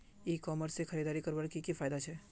ई commerce से खरीदारी करवार की की फायदा छे?